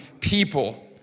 people